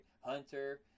Hunter